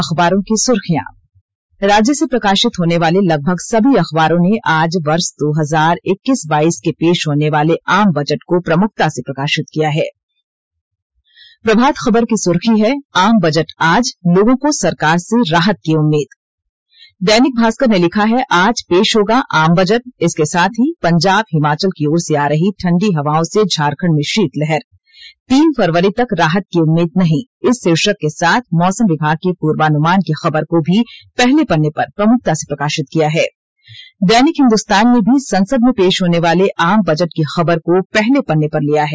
अखबारों की सुर्खियां राज्य से प्रकाशित होने वाले लगभग सभी अखबारों ने आज वर्ष दो हजार इक्कीस बाइस के पेश होने वाले आम बजट को प्रमुखता से प्रकाशित किया है प्रभात खबर की सुर्खी है आम बजट आज लोगों को सरकार से राहत की उम्मीद दैनिक भास्कर ने लिखा है आज पेश होगा आम बजट इसके साथ ही पंजाब हिमाचल की ओर से आ रही ठंडी हवाओं से झारखंड में शीतलहर तीन फरवरी तक राहत की उम्मीद नहीं इस शीर्षक के साथ मौसम विभाग के पूर्वानुमान की खबर को भी पहले पन्ने पर प्रमुखता से प्रकाशित किया है दैनिक हिन्दुस्तान ने भी संसद में पेश होने वाले आम बजट की खबर को पहले पन्ने पर लिया है